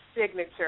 signature